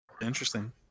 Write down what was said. Interesting